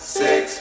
six